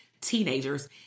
teenagers